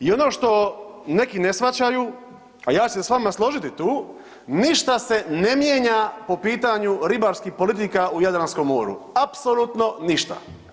I ono što neki ne shvaćaju, a ja ću se s vama složiti tu, ništa se ne mijenja po pitanju ribarskih politika u Jadranskom moru, apsolutno ništa.